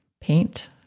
paint